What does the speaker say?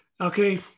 Okay